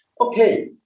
Okay